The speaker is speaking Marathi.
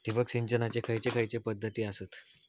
ठिबक सिंचनाचे खैयचे खैयचे पध्दती आसत?